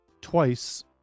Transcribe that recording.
twice